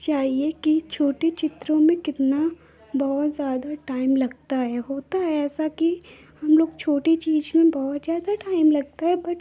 चाहिए कि छोटे चित्रों में कितना बहुत ज़्यादा टाइम लगता है होता है ऐसा कि हम लोग छोटे चीज़ में बहुत ज़्यादा टाइम लगता है बट